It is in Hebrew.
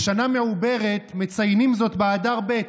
בשנה מעוברת מציינים זאת באדר ב'